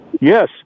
yes